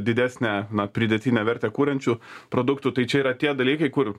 didesnę pridėtinę vertę kuriančių produktų tai čia yra tie dalykai kur